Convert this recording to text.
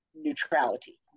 Neutrality